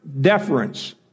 deference